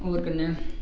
होर कन्नै